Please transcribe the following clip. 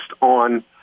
on